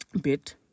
bit